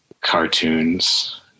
cartoons